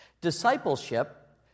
Discipleship